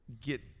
get